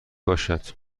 باشد